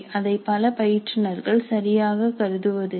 அதை பல பயிற்றுனர்கள் சரியாக கருதுவதில்லை